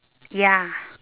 ya